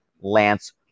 Lance